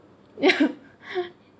ya